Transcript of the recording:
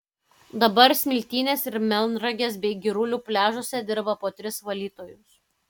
dabar smiltynės ir melnragės bei girulių pliažuose dirba po tris valytojus